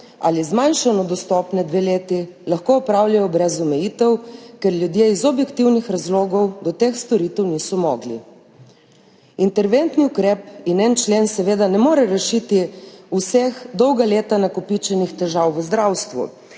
ali zmanjšano dostopne dve leti, lahko opravljajo brez omejitev, ker ljudje iz objektivnih razlogov do teh storitev niso mogli. Interventni ukrep in en člen seveda ne moreta rešiti vseh dolga leta nakopičenih težav v zdravstvu,